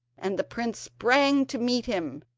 and the prince sprang to meet him,